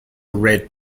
red